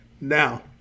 now